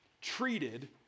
treated